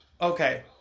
okay